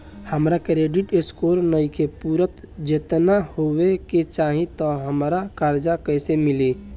हमार credit score नईखे पूरत जेतना होए के चाही त हमरा कर्जा कैसे मिली?